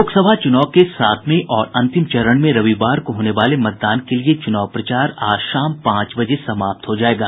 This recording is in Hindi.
लोकसभा चुनाव के सातवें और अंतिम चरण में रविवार को होने वाले मतदान के लिए चूनाव प्रचार आज शाम पांच बजे समाप्त हो जायेगा